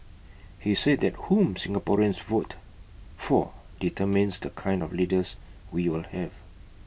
he said that whom Singaporeans vote for determines the kind of leaders we will have